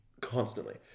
constantly